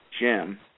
Jim